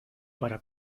para